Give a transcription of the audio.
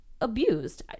abused